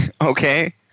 Okay